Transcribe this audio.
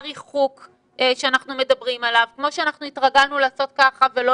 יחד עם זאת ברור לנו שאנחנו צריכים לחזור בביטחון בריאותי ועל כן יש